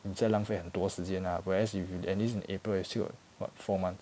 你在浪费很多时间 lah whereas if you enlist in april you still got what four months